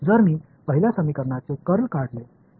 जर मी पहिल्या समीकरणाचे कर्ल काढले तर